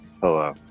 Hello